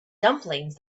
dumplings